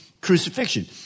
crucifixion